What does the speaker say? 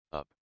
up